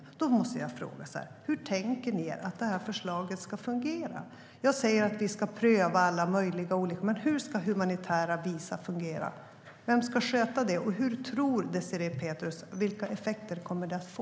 Jag måste få fråga: Hur tänker ni att förslaget ska fungera? Jag säger att vi ska pröva olika lösningar, men hur ska humanitära visum fungera? Vem ska sköta den hanteringen? Vilka effekter tror Désirée Pethrus att de kommer att få?